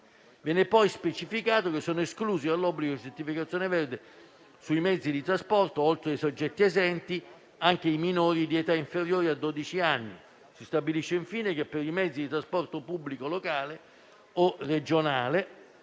Viene poi specificato che sono esclusi dall'obbligo di certificazione verde sui mezzi di trasporto, oltre ai soggetti esenti, anche i minori di età inferiore a dodici anni. Si stabilisce infine che, per i mezzi di trasporto pubblico locale o regionale,